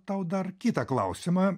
tau dar kitą klausimą